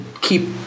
keep